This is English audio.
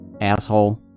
Asshole